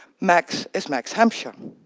max is max hampshire.